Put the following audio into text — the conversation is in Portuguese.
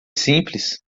simples